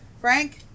frank